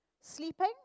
Sleeping